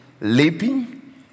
leaping